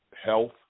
health